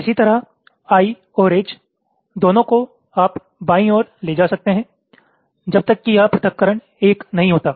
इसी तरह I और H दोनों को आप बाईं ओर ले जा सकते हैं जब तक कि यह पृथक्करण 1 नही होता